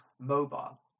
mobile